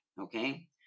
okay